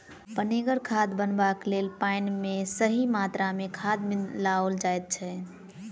पनिगर खाद बनयबाक लेल पाइन मे सही मात्रा मे खाद मिलाओल जाइत छै